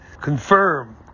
confirm